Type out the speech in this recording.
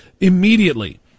immediately